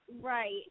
Right